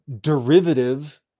derivative